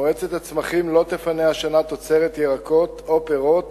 מועצת הצמחים לא תפנה השנה תוצרת ירקות או פירות